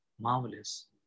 Marvelous